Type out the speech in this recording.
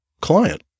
client